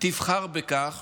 תבחר בכך,